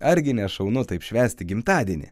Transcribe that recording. argi ne šaunu taip švęsti gimtadienį